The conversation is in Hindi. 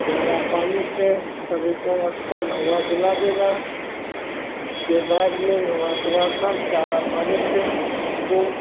चारा पानी से सभी कर अच्छा नहावा धुला देना उसके बाद में नहला धुलाकर चारा पानी से उसको